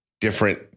different